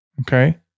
okay